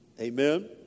Amen